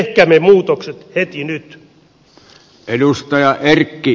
tehkäämme muutokset heti nyt